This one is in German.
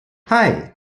hei